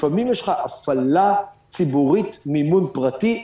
לפעמים יש לך הפעלה ציבורית מימון פרטי,